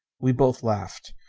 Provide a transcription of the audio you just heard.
we both laughed.